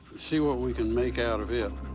see what we can make out of it.